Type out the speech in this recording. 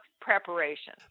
preparation